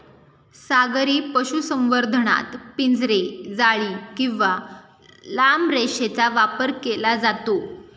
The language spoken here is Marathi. सागरी पशुसंवर्धनात पिंजरे, जाळी किंवा लांब रेषेचा वापर केला जातो